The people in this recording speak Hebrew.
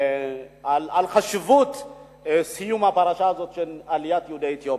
מאוד על חשיבות סיום הפרשה הזאת של עליית יהודי אתיופיה.